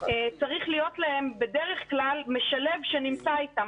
צריך להיות להם בדרך כלל משלב שנמצא איתם,